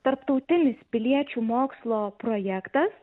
tarptautinis piliečių mokslo projektas